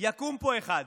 יקום פה אחד